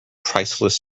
priceless